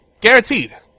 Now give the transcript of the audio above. Guaranteed